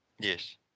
Yes